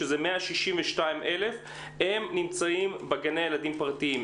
שזה 162 אלף - נמצאים בגני ילדים פרטיים.